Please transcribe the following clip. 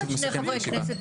אני מסכם את הישיבה.